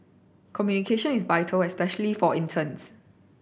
communication is vital especially for interns